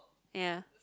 ya